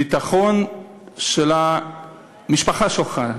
הביטחון של המשפחה שלך,